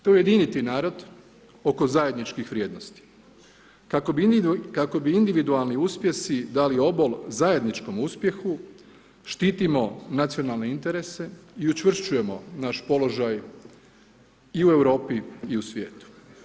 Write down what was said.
Te ujediniti narod oko zajedničkih vrijednosti, kako bi individualni uspjesi dali obol zajedničkom uspjehu, štitimo nacionalne interese i učvršćujemo naš položaj i u Europi i u svijetu.